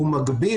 הוא מגביל,